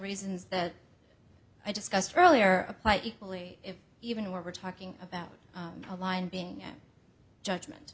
reasons that i discussed earlier apply equally even when we're talking about a line being judgment